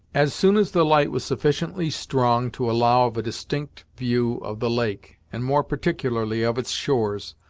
as soon as the light was sufficiently strong to allow of a distinct view of the lake, and more particularly of its shores,